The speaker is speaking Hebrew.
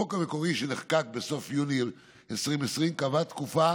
החוק המקורי, שנחקק בסוף יוני 2020, קבע תקופה